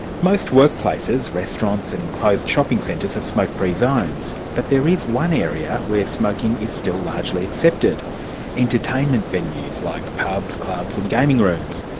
most workplaces restaurants and enclosed shopping centres are smoke-free zones, but there is one area where smoking is still largely accepted entertainment venues, like pubs, clubs and gaming rooms.